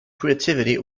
creativity